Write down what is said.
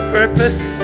purpose